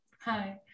Hi